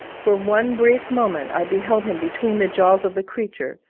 for one brief moment i beheld him between the jaws of the creature,